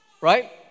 right